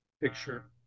picture